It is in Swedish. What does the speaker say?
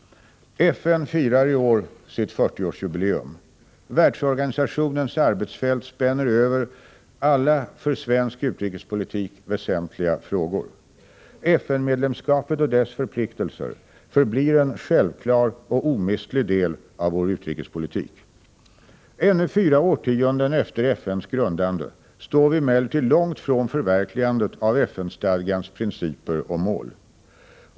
FN firar i år sitt 40-årsjubileum. Världsorganisationens arbetsfält spänner över alla för svensk utrikespolitik väsentliga frågor. FN-medlemskapet och dess förpliktelser förblir en självklar och omistlig del av vår utrikespolitik. Ännu fyra årtionden efter FN:s grundande står vi emellertid långt från förverkligandet av FN-stadgans principer och mål.